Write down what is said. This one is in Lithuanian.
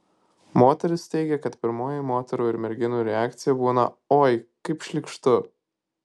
moteris teigia kad pirmoji moterų ir merginų reakcija būna oi kaip šlykštu